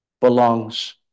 belongs